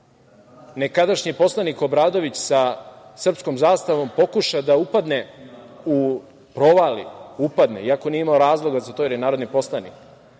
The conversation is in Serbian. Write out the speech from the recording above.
nekadašnji poslanik Obradović sa srpskom zastavom pokuša da upadne, provali, upadne, iako nije imamo razloga za to jer je narodni poslanik,